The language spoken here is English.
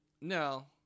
No